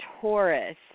Taurus